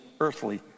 earthly